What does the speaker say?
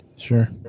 Sure